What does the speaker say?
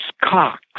Cox